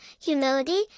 humility